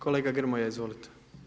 Kolega Grmoja, izvolite.